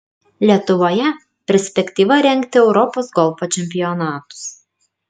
lietuvoje perspektyva rengti europos golfo čempionatus